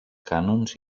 cànons